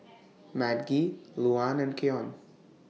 Madge Luann and Keyon